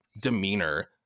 demeanor